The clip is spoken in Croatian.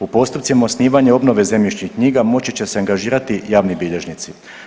U postupcima osnivanja i obnove zemljišnih knjiga moći će se angažirati javni bilježnici.